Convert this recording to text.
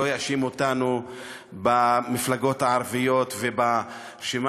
לא יאשים אותנו במפלגות הערביות וברשימה